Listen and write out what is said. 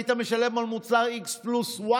היית משלם על מוצר y+x.